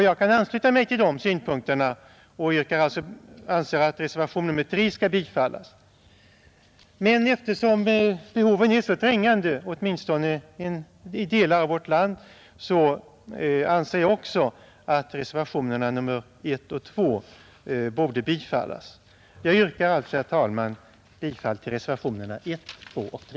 Jag kan ansluta mig till de synpunkterna och anser att reservation nr 3 bör bifallas, men eftersom behoven är så trängande, åtminstone i delar av vårt land, anser jag också att reservationerna nr 1 och 2 borde bifallas. Jag yrkar alltså, herr talman, bifall till reservationerna 1, 2 och 3.